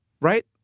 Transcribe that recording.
right